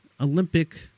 Olympic